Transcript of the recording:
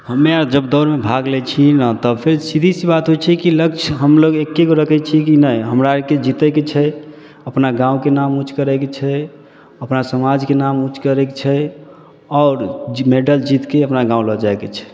हमे आर जब दौड़मे भाग लै छी ने तब फेर सीधी सी बात होइ छै कि लक्ष्य हमलोक एक्केगो रखै छिए कि नहि हमरा आरके जितैके छै अपना गाँवके नाम उँच करैके छै अपना समाजके नाम उँच करैके छै आओर जे मेडल जीतिके अपना गाँव लऽ जाइके छै